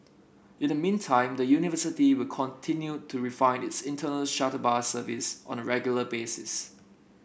in the meantime the university will continue to refine its internal shuttle bus service on a regular basis